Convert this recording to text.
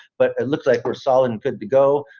but it looks like we're solid and good to go.